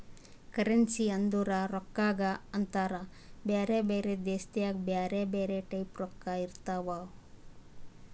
currency ಅಂದುರ್ ರೊಕ್ಕಾಗ ಅಂತಾರ್ ಬ್ಯಾರೆ ಬ್ಯಾರೆ ದೇಶದಾಗ್ ಬ್ಯಾರೆ ಬ್ಯಾರೆ ಟೈಪ್ ರೊಕ್ಕಾ ಇರ್ತಾವ್